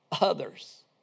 others